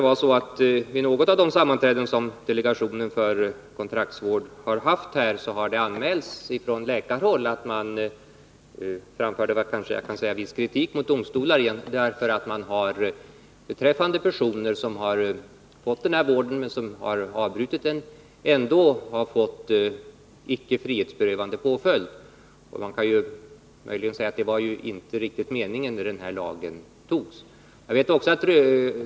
Vid något av de sammanträden som delegationen för kontraktsvård har hållit tror jag att det från läkarhåll framförts viss kritik mot domstolar för att personer som fått sådan här vård men avbrutit den ändå har fått icke frihetsberövande påföljd. Man kan möjligen säga att det inte riktigt var meningen när den här lagen antogs.